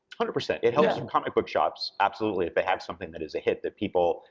hundred percent, it helps um comic book shops, absolutely, if they have something that is a hit, that people,